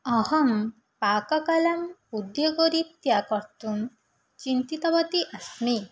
अहं पाककलाम् उद्योगरीत्या कर्तुं चिन्तितवती अस्मि